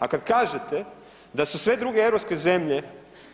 A kad kažete da su sve druge europske zemlje,